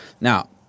Now-